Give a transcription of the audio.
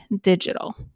digital